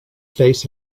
face